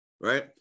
right